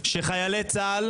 הוא מתחיל להסביר.